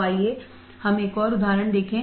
तो आइए हम एक और उदाहरण देखें